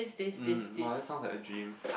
um !wah! that sounds like a gym